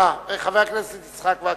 אה, חבר הכנסת יצחק וקנין.